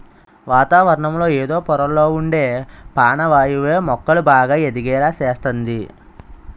వాతావరణంలో ఎదో పొరల్లొ ఉండే పానవాయువే మొక్కలు బాగా ఎదిగేలా సేస్తంది